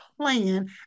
plan